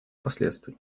последствий